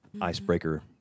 icebreaker